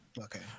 Okay